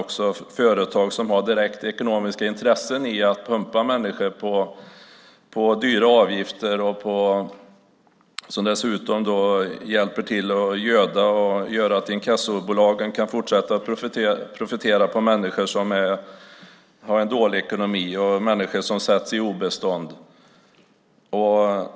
Det är företag som har direkt ekonomiska intressen av att pumpa människor på dyra avgifter och som dessutom hjälper till att göda inkassobolagen som kan fortsätta att profitera på människor som har en dålig ekonomi och sätts på obestånd.